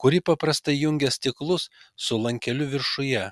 kuri paprastai jungia stiklus su lankeliu viršuje